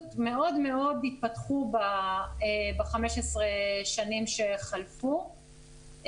מאוד מאוד התפתחו ב-15 השנים שחלפו,